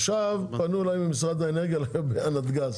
פנו אליי ממשרד האנרגיה על נתג"ז.